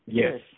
yes